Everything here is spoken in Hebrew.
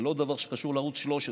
זה לא דבר שקשור לערוץ 13,